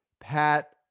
pat